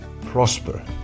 prosper